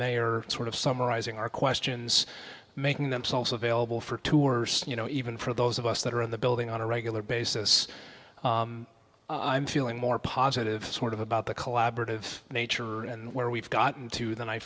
mayor sort of summarizing our questions making themselves available for two or you know even for those of us that are in the building on a regular basis i'm feeling more positive sort of about the collaborative nature and where we've gotten to than i